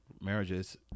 marriages